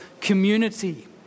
community